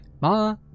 Ma